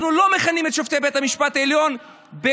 אנחנו לא מכנים את שופטי בית המשפט העליון בגסות,